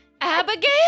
Abigail